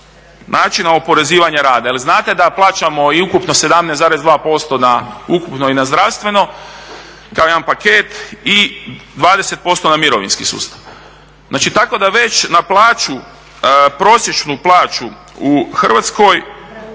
načina oporezivanja rada jel znate da plaćamo ukupno i 17,2% na ukupno i na zdravstveno kao jedan paket i 20% na mirovinski sustav. Tako da već na prosječnu plaću u Hrvatskoj